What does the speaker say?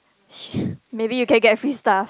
maybe you can get free stuff